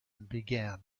began